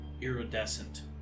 iridescent